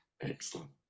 excellent